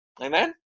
Amen